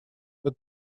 but